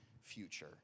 future